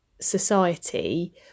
society